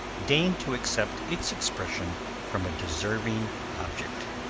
deign to accept its expression from a deserving object.